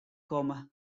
komme